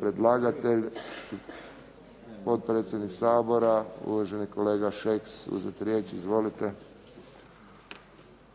predlagatelj, potpredsjednik Sabora, uvaženi kolega Šeks uzeti riječ? Izvolite.